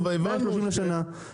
מהם ה-400 מיליון ₪